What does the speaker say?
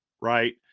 right